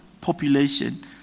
population